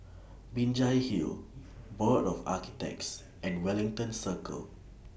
Binjai Hill Board of Architects and Wellington Circle